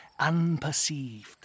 unperceived